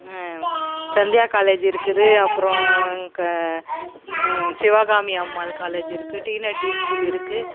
Sandhya college இருக்குது அப்புறம் க சிவகாமி அம்மாள் காலேஜி இருக்குது டீனட்டி ஸ்கூல் இருக்குது